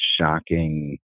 shocking